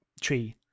tree